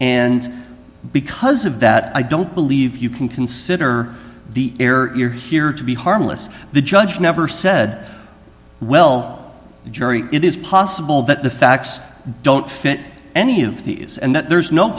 and because of that i don't believe you can consider the air you're here to be harmless the judge never said well jerry it is possible that the facts don't fit any of these and that there's no